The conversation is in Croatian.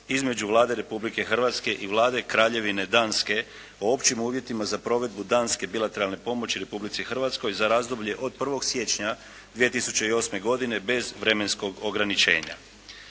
između Vlade Republike Hrvatske i Vlade Kraljevine Danske o općim uvjetima za provedbu danske bilateralne pomoći Republici Hrvatskoj za razdoblje od 1. siječnja 2008. godine bez vremenskog ograničenja.